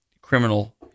criminal